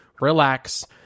relax